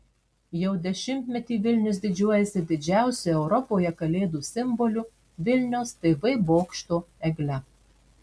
jau dešimtmetį vilnius didžiuojasi didžiausiu europoje kalėdų simboliu vilniaus tv bokšto egle